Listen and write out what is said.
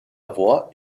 voix